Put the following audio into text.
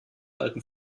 alten